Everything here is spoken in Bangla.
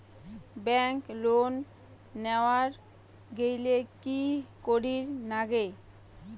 ব্যাংক লোন নেওয়ার গেইলে কি করীর নাগে?